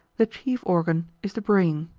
the chief organ is the brain,